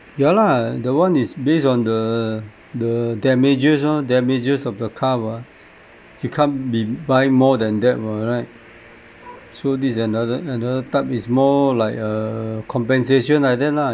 ya lah the one is based on the the damages oh damages of the car mah you can't be buying more than that [what] right so this is another another type is more like a compensation lah like that lah